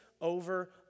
over